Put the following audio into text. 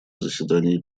заседании